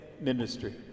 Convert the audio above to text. ministry